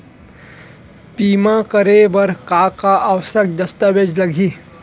बीमा करे बर का का आवश्यक दस्तावेज लागही